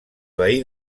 veí